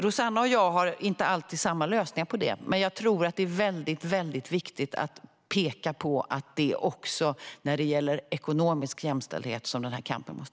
Rossana och jag förespråkar inte alltid samma lösningar här, men jag tror att det är väldigt viktigt att peka på att kampen också måste föras när det gäller ekonomisk jämställdhet.